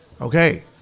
Okay